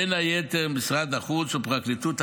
בין היתר עם משרד החוץ ופרקליטות המדינה,